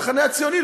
המחנה הציוני,